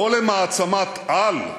לא למעצמת-על,